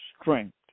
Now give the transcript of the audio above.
strength